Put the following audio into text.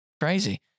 crazy